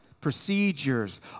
procedures